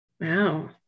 Wow